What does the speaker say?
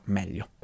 meglio